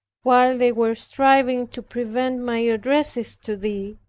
while they were striving to prevent my addresses to thee,